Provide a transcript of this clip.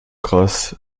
krass